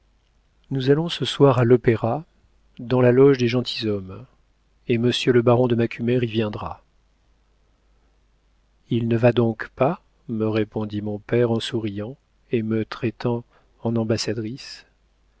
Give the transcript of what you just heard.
nous allons ce soir à l'opéra dans la loge des gentilshommes et monsieur le baron de macumer y viendra il ne va donc pas me répondit mon père en souriant et me traitant en ambassadrice